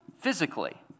physically